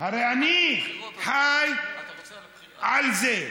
הרי אני חי על זה,